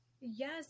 Yes